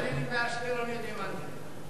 מעניין אם באשקלון יודעים על זה.